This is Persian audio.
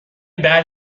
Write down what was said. بعد